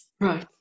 right